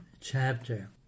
chapter